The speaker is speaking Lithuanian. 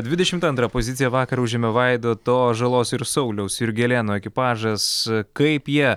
dvidešimt antrą poziciją vakar užėmė vaidoto žalos ir sauliaus jurgelėno ekipažas kaip jie